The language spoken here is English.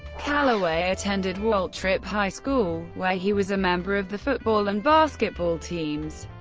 calaway attended waltrip high school, where he was a member of the football and basketball teams.